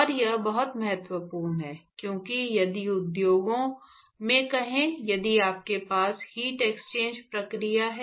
और यह बहुत महत्वपूर्ण है क्योंकि यदि उद्योग में कहें यदि आपके पास हीट एक्सचेंज प्रक्रिया है